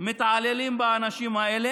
מתעללים באנשים האלה?